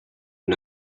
and